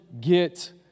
get